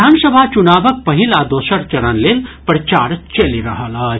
विधानसभा चुनावक पहिल आ दोसर चरण लेल प्रचार चलि रहल अछि